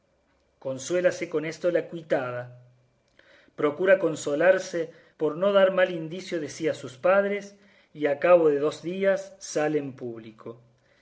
grave consuélase con esto la cuitada procura consolarse por no dar mal indicio de sí a sus padres y a cabo de dos días sale en público